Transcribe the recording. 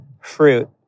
fruit